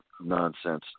nonsense